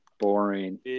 Boring